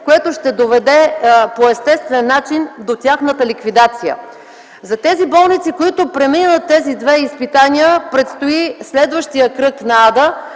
което ще доведе по естествен начин до тяхната ликвидация. За болниците, които преминат тези две изпитания, предстои следващият кръг на ада,